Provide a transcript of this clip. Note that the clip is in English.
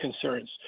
concerns